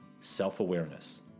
self-awareness